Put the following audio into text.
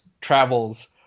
travels